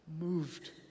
moved